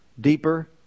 deeper